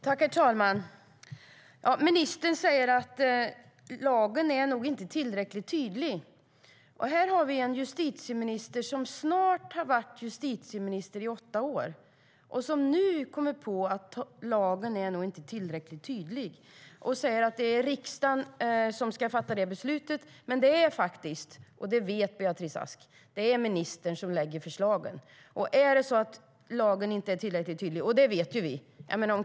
Herr talman! Ministern säger att lagen nog inte är tillräckligt tydlig. Justitieministern har varit minister i snart åtta år, och hon kommer nu på att lagen nog inte är tillräckligt tydlig. Hon säger att det är riksdagen som ska fatta beslutet. Men Beatrice Ask vet att det är ministern som lägger fram förslagen. Vi vet att lagen inte är tillräckligt tydlig.